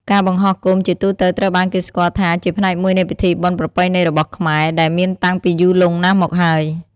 ការបង្ហោះគោមជាទូទៅត្រូវបានគេស្គាល់ថាជាផ្នែកមួយនៃពិធីបុណ្យប្រពៃណីរបស់ខ្មែរ ដែលមានតាំងពីយូរលង់មកហើយ។